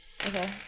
Okay